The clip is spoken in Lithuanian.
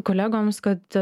kolegoms kad